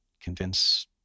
convince